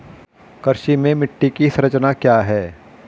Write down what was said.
कृषि में मिट्टी की संरचना क्या है?